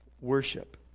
Worship